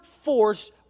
force